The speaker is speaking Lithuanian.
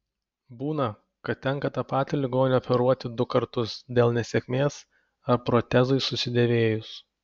būna kad tenka tą patį ligonį operuoti du kartus dėl nesėkmės ar protezui susidėvėjus